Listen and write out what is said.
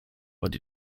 but